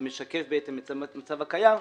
זה משקף בעצם את המצב הקיים,